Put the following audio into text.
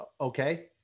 okay